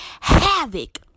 havoc